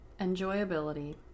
Enjoyability